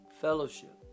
fellowship